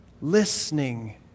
listening